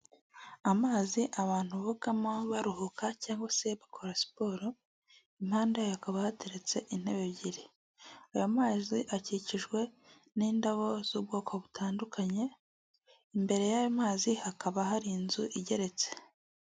Iki ni kimwe mu bigo byiza cyane ushobora kujya kubariza cyangwa gushopinga imyenda, bacuruza imyenda y'abagabo, n' iy'abagore ndetse ni iy'abana. Ni rawa doti eya korozingi sitowa.